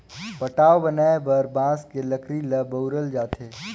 पटाव बनाये बर बांस के लकरी ल बउरल जाथे